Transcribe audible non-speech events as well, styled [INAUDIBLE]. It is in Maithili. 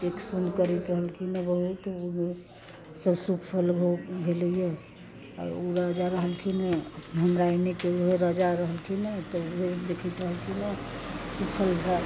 देख सुन करैत रहलखिन हँ बहुत सब सुफल भेलै हँ आ ओ राजा रहलखिन हँ हमरा एने के उहे राजा रहलखिन हँ तऽ रोज देखैत रहलखिन हँ [UNINTELLIGIBLE]